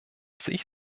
sich